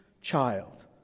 child